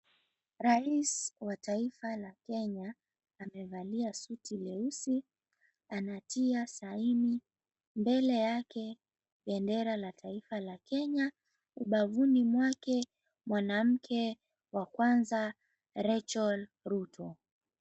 Rais wa taifa la Kenya amevalia suti leusi, anatia saini. Mbele yake bendera la taifa la Kenya, ubavuni mwake, mwanamke wa kwanza, Rachel Ruto.